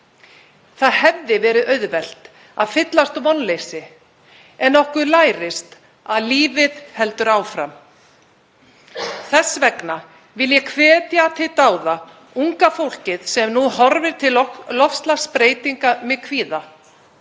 Það hefði verið auðvelt að fyllast vonleysi en okkur lærist að lífið heldur áfram. Þess vegna vil ég hvetja til dáða unga fólkið sem nú horfir til loftslagsbreytinga með kvíða.